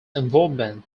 involvement